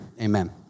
amen